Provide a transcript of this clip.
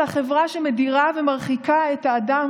מוגבלות של החברה שמדירה ומרחיקה את האדם